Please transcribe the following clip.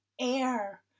air